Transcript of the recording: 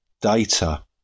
data